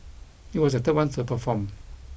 he was the third one to perform